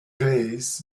days